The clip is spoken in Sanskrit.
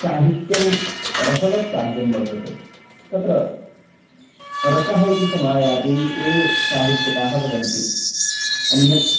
साहित्यं रसवत् काव्यं वर्तते तत्र रसः इति समायाति ये साहित्यिकाः वदन्ति अन्यत्